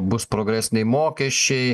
bus progresiniai mokesčiai